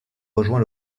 rejoint